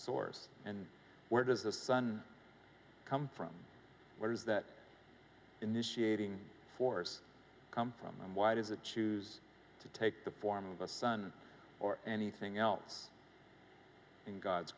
source and where does the sun come from where does that initiating force come from and why does it choose to take the form of the sun or anything else in god's